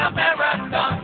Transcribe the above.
America